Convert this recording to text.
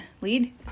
lead